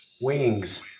wings